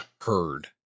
heard